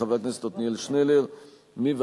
וזאת במסגרת בקשה שנגעה גם להצעת החוק